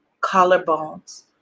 collarbones